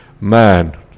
man